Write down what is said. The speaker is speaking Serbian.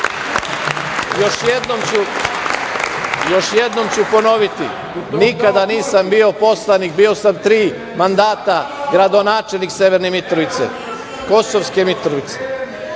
jednom ću ponoviti, nikada nisam bio poslanik, bio sam tri mandata gradonačelnik Severne Mitrovice, Kosovske Mitrovice.